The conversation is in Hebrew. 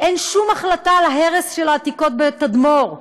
אין שום החלטה על ההרס של העתיקות בתדמור בסוריה,